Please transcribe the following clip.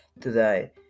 today